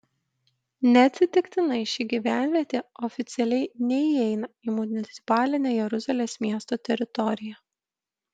neatsitiktinai ši gyvenvietė oficialiai neįeina į municipalinę jeruzalės miesto teritoriją